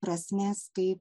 prasmės tai